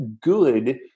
good